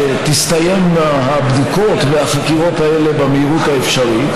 שתסתיימנה הבדיקות והחקירות האלה במהירות האפשרית,